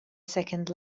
second